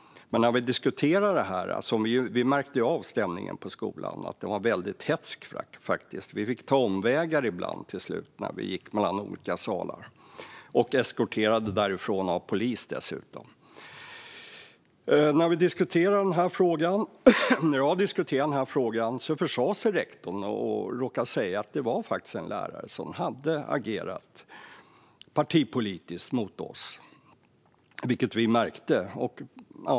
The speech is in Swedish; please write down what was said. Vi diskuterade stämningen på skolan. Vi märkte ju att den var väldigt hätsk - vi fick ibland ta omvägar när vi gick mellan olika salar, och vi blev dessutom eskorterade därifrån av polis. När vi diskuterade frågan råkade rektorn försäga sig. Han sa att en lärare faktiskt hade agerat partipolitiskt mot oss, vilket vi märkte.